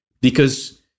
because-